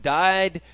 died